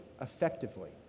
effectively